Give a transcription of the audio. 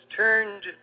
turned